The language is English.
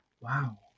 wow